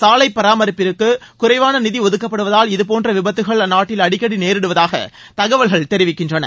சாலை பராமரிப்பிற்கு குறைவான நிதி ஒதுக்கப்படுவதால் இதுபோன்ற விபத்துகள் அந்நாட்டில் அடிக்கடி நேரிடுவதாக தகவல்கள் தெரிவிக்கின்றன